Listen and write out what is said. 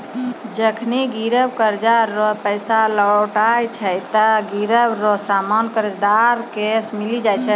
जखनि गिरब कर्जा रो पैसा लौटाय छै ते गिरब रो सामान कर्जदार के मिली जाय छै